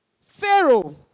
Pharaoh